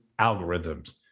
algorithms